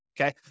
okay